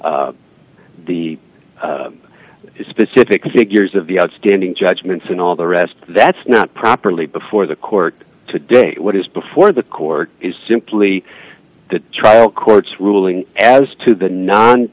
the specific figures of the outstanding judgments and all the rest that's not properly before the court today what is before the court is simply the trial court's ruling as to the non